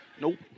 Nope